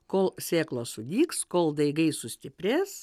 kol sėklos sudygs kol daigai sustiprės